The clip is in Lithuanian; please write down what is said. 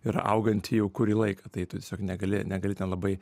ir augantį jau kurį laiką tai tiesiog negali negali ten labai